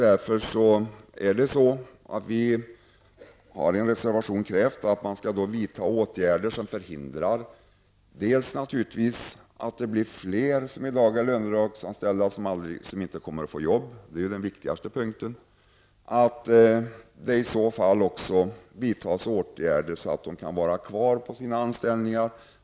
Därför har vi i en reservation krävt att det skall vidtas åtgärder som hindrar dels att det blir fler lönebidragsanställda som aldrig kommer att få arbete -- det är den viktigaste punkten --, dels att det vidtas åtgärder, så att folk kan vara kvar i sina anställningar.